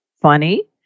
funny